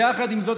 יחד עם זאת,